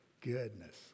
goodness